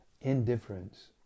indifference